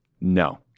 no